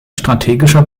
strategischer